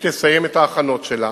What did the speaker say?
שתסיים את ההכנות שלה